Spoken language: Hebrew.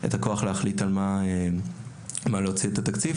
את הכוח להחליט על מה להוציא את התקציב